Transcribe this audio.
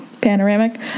panoramic